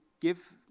give